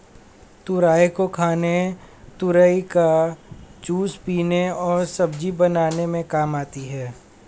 तुरई को खाने तुरई का जूस पीने और सब्जी बनाने में काम आती है